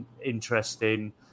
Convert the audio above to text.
interesting